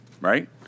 right